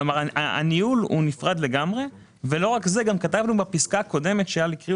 כלומר, הניהול נפרד לגמרי ובפסקה הקודמת כתבנו